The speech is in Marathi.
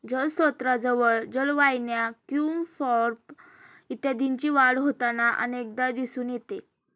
जलस्त्रोतांजवळ जलवाहिन्या, क्युम्पॉर्ब इत्यादींची वाढ होताना अनेकदा दिसून येते